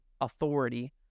authority